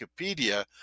wikipedia